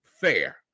fair